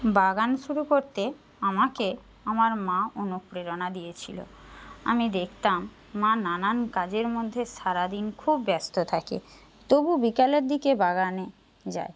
বাগান শুরু করতে আমাকে আমার মা অনুপ্রেরণা দিয়েছিলো আমি দেখতাম মা নানান কাজের মধ্যে সারা দিন খুব ব্যস্ত থাকে তবু বিকালের দিকে বাগানে যায়